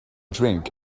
drink